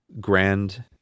grand